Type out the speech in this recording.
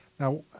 Now